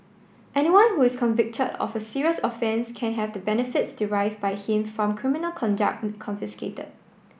anyone who is convicted of a serious offence can have the benefits derive by him from criminal conduct confiscated